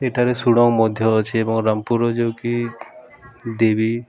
ଏଠାରେ ସୁଡ଼ଙ୍ଗ ମଧ୍ୟ ଅଛି ଏବଂ ରାମପୁର ଯେଉଁକି ଦେବୀ